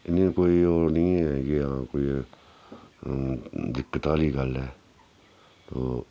इ'नें कोई ओह् नी ऐ कि हां कोई दिक्कत आह्ली गल्ल ऐ ओह्